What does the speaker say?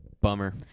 Bummer